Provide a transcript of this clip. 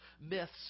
myths